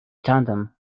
tandem